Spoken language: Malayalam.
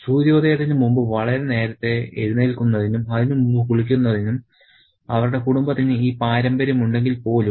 സൂര്യോദയത്തിന് മുമ്പ് വളരെ നേരത്തെ എഴുന്നേൽക്കുന്നതിനും അതിനുമുമ്പ് കുളിക്കുന്നതിനും അവരുടെ കുടുംബത്തിന് ഈ പാരമ്പര്യമുണ്ടെങ്കിൽ പോലും